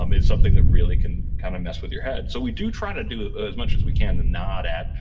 um is something that really can kind of mess with your head so we do try to do as much as we can to nod at,